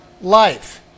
life